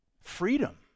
freedom